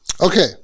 Okay